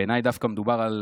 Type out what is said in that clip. בעיניי דווקא מדובר על